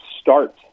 start